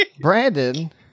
brandon